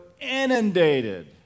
inundated